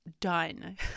done